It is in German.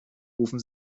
rufen